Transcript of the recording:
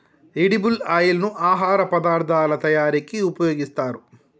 edible oil ను ఆహార పదార్ధాల తయారీకి ఉపయోగిస్తారు